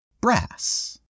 brass